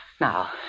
Now